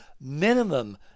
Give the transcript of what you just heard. minimum